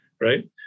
Right